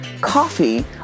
coffee